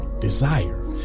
Desire